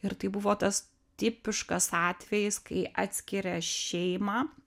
ir tai buvo tas tipiškas atvejis kai atskiria šeimą